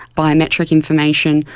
biometric information,